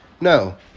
No